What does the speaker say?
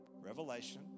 Revelation